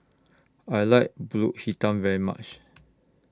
I like Pulut Hitam very much